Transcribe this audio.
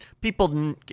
people